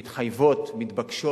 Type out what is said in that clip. מתחייבות, מתבקשות.